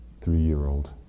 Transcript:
three-year-old